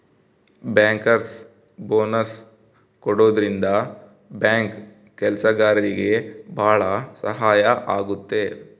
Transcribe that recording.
bankers bonus ಕೊಡೋದ್ರಿಂದ bank ಕೆಲ್ಸಗಾರ್ರಿಗೆ ಭಾಳ ಸಹಾಯ ಆಗುತ್ತೆ